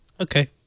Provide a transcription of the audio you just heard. okay